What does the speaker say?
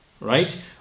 right